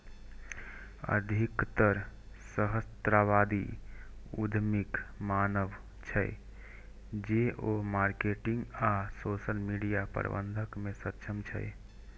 अधिकतर सहस्राब्दी उद्यमीक मानब छै, जे ओ मार्केटिंग आ सोशल मीडिया प्रबंधन मे सक्षम छै